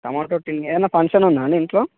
టమాట ten కే ఏమన్న function ఉందా అన్న ఇంట్లో